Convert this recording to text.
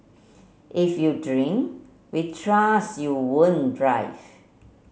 if you drink we trust you won't drive